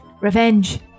Revenge